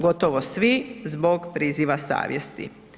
Gotovo svi zbog priziva savjesti.